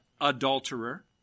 adulterer